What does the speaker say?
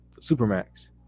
Supermax